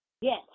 Yes